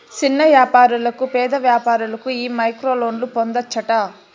సిన్న యాపారులకు, పేద వ్యాపారులకు ఈ మైక్రోలోన్లు పొందచ్చట